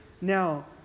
now